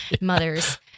mothers